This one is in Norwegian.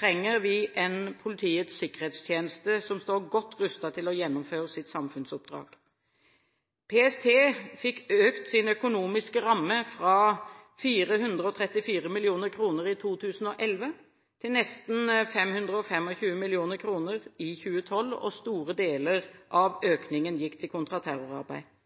trenger vi en Politiets sikkerhetstjeneste som står godt rustet til å gjennomføre sitt samfunnsoppdrag. PST fikk økt sin økonomiske ramme fra 434 mill. kr i 2011 til nesten 525 mill. kr i 2012, og store deler av økningen gikk til kontraterrorarbeid.